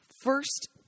first